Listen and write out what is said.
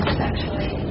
sexually